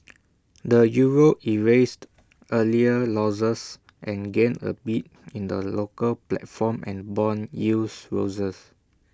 the euro erased earlier losses and gained A bit in the local platform and Bond yields roses